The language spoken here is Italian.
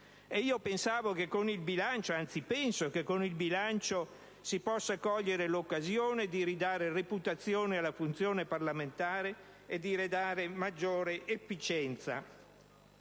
Penso che con il bilancio si possa cogliere l'occasione di ridare reputazione alla funzione parlamentare e maggiore efficienza